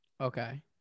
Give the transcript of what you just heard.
Okay